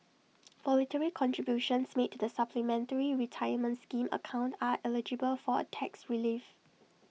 voluntary contributions made to the supplementary retirement scheme account are eligible for A tax relief